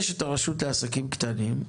יש את הרשות לעסקים קטנים,